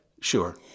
Sure